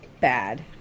Bad